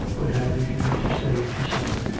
but had refused to stay to supper,